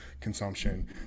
consumption